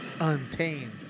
Untamed